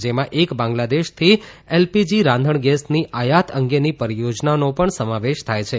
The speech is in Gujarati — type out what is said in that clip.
જેમાં એક બાંગ્લાદેશથી એલપીજી રાધણગેસની આયાત અંગેની પરિયોજનાઓનો પણ સમાવેશ થાય છે